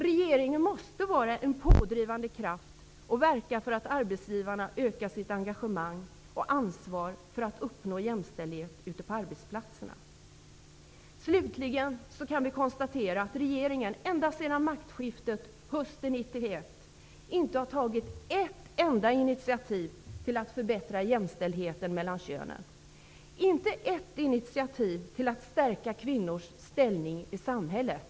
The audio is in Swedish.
Regeringen måste vara en pådrivande kraft och verka för att arbetsgivarna ökar sitt engagemang och ansvar för att uppnå jämställdhet ute på arbetsplatserna. Slutligen kan vi konstatera att regeringen ända sedan maktskiftet hösten 1991 inte har tagit ett enda initiativ till att förbättra jämställdheten mellan könen, inte ett initiativ till att stärka kvinnors ställning i samhället.